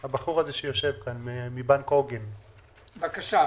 בבקשה.